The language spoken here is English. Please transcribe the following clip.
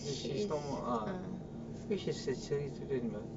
then she's no more ah means she's tertiary student what